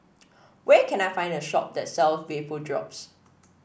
where can I find a shop that sells Vapodrops